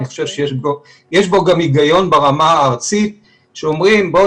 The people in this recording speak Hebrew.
אני חושב שיש בו גם היגיון ברמה הארצית שאומרים בואו